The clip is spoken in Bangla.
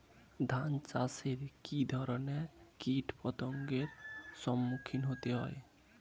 ধান চাষে কী ধরনের কীট পতঙ্গের সম্মুখীন হতে হয়?